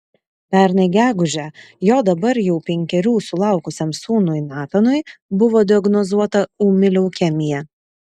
pernai gegužę jo dabar jau penkerių sulaukusiam sūnui natanui buvo diagnozuota ūmi leukemija